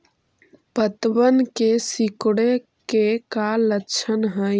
पत्तबन के सिकुड़े के का लक्षण हई?